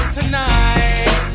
tonight